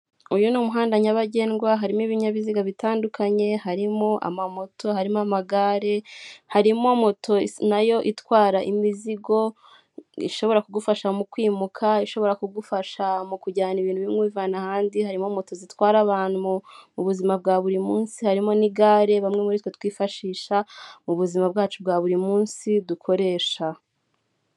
Uyu ni umuhanda nyabagendwa harimo ibinyabiziga bitandukanye harimo; amamoto harimo amagare harimo moto nayo itwara imizigo ishobora kugufasha mu kwimuka, ishobora kugufasha mu kujyana ibintu bimwe bivana ahandi harimo; moto zitwara abantu mu buzima bwa buri munsi harimo n'igare bamwe muri twe twifashisha mu ubuzima bwacu bwa buri munsi dukoresha.